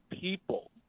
people